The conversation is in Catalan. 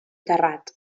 terrat